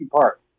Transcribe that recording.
Park